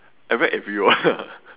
I wreck everyone ah